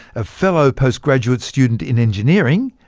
a fellow post-graduate student in engineering,